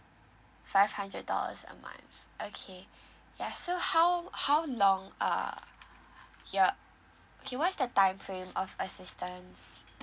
five hundred dollars a month okay ya so how how long uh your okay what's the time frame of assistance